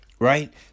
Right